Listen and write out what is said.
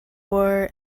war